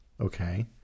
okay